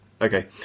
Okay